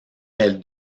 elle